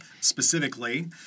specifically